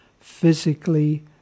physically